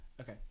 Okay